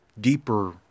deeper